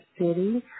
city